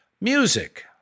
Music